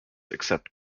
except